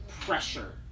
pressure